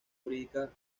jurídica